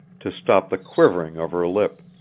to stop the quivering of her lip,